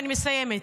אני מסיימת,